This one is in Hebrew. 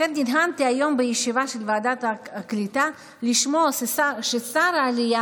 לכן נדהמתי היום בישיבה של ועדת הקליטה לשמוע ששר העלייה